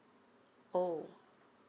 oh